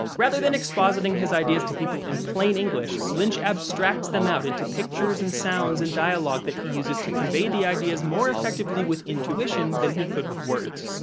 rather than expositing his ideas to people in plain english, lynch abstracts them out into pictures and sounds and dialogue that he uses to convey the ideas more effectively with intuition than he could with words.